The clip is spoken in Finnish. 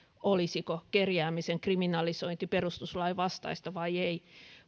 olisiko kerjäämisen kriminalisointi perustuslain vastaista vai ei